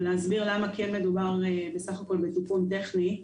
ולהסביר למה כן מדובר בסך הכול בתיקון טכני.